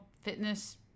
fitness